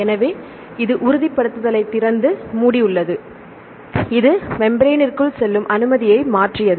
எனவே இது உறுதிப்படுத்தலைத் திறந்து மூடியுள்ளது இது மெம்ப்ரென்னிற்குள் செல்லும் அனுமதியை மாற்றியது